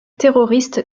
terroristes